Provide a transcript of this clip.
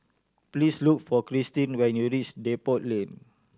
please look for Cristin when you reach Depot Lane